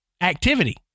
activity